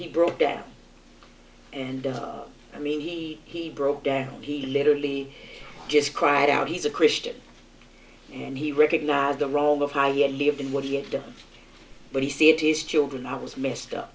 he broke down and i mean he he broke down he literally just cried out he's a christian and he recognized the role of haile and lived in what he had done but he see it is children i was messed up